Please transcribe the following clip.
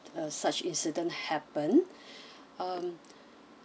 uh such incident happen um